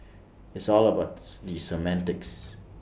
it's all about the semantics